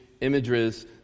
images